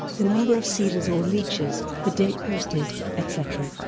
the number of seeders or leechers, the date posted, etc.